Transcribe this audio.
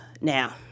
Now